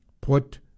Put